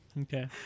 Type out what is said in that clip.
Okay